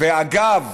אגב,